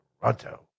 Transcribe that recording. Toronto